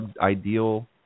ideal